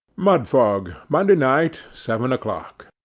mudfog, monday night, seven o'clock.